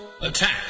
Attack